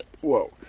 Whoa